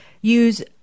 use